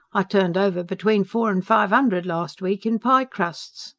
i turned over between four and five undred last week in piecrusts.